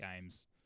games